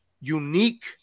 unique